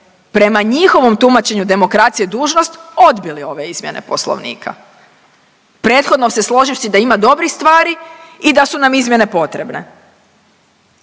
prema njihovom tumačenju demokracije dužnost, odbili ove izmjene Poslovnika, prethodno se složivši da ima dobrih stvari i da su nam izmjene potrebne.